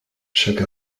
chaque